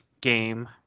game